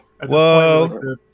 Whoa